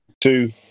two